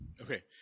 Okay